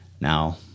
now